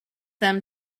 them